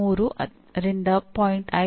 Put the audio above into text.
3 ರಿಂದ 0